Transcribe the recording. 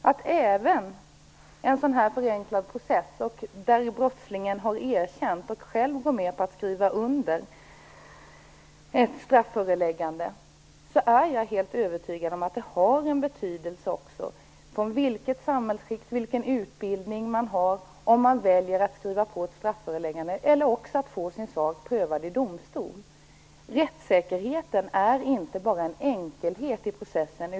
Jag är helt övertygad om att det samhällsskikt man kommer ifrån och utbildningen har betydelse när man väljer mellan att skriva på ett strafföreläggande eller få sin sak prövad i domstol. Rättssäkerhet innebär inte bara enkelhet i processen.